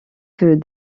que